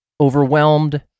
overwhelmed